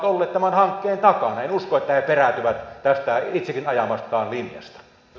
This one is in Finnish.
en usko että he perääntyvät tästä itsekin ajamastaan linjasta